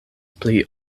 pli